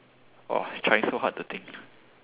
!wah! trying so hard to think